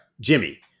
Jimmy